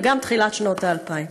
וגם בתחילת שנות ה-2000.